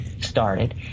started